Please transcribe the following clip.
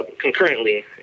concurrently